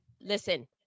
Listen